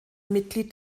mitglied